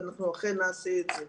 אנחנו אכן נעשה את זה.